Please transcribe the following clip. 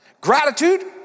Gratitude